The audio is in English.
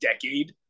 decade